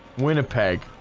winnipeg